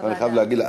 אני חייב להגיד לך,